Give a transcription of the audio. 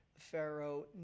Pharaoh